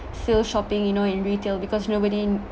still shopping you know in retail because nobody